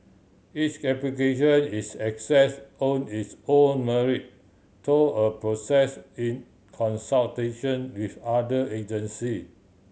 each application is assess on its own merit through a process in consultation with other agency